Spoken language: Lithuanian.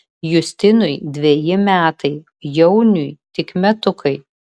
justinui dveji metai jauniui tik metukai